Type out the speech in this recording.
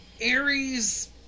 Aries